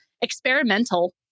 experimental